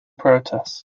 protest